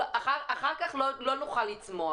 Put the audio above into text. אחר כך לא נוכל לצמוח.